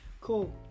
Cool